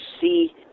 see